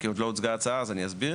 כי עוד לא הוצגה ההצעה אז אני אסביר.